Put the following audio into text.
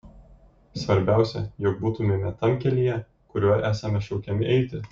svarbiausia jog būtumėme tam kelyje kuriuo esame šaukiami eiti